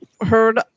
heard